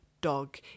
dog